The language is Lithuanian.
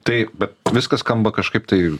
taip bet viskas skamba kažkaip tai